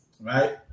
right